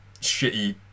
shitty